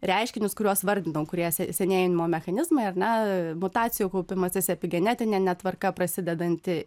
reiškinius kuriuos vardinau kurie se senėjimo mechanizmai ar ne mutacijų kaupimasis epigenetinė netvarka prasidedanti